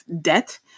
debt